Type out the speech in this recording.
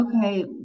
okay